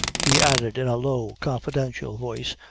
he added, in a low, confidential voice,